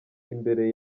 imbere